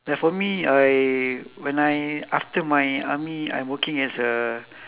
ya for me I when I after my army I'm working as a